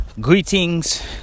Greetings